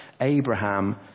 Abraham